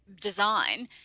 design